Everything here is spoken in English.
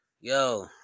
Yo